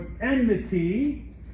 enmity